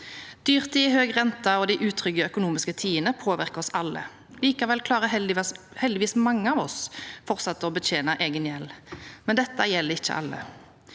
Dyrtid, høy rente og de utrygge økonomiske tidene påvirker oss alle. Likevel klarer heldigvis mange av oss fortsatt å betjene egen gjeld, men dette gjelder ikke alle.